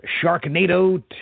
Sharknado